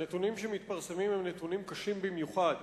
הנתונים שמתפרסמים הם נתונים קשים במיוחד.